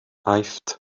aifft